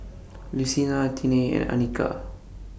Lucina Tiney and Anika